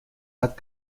hat